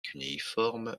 cunéiforme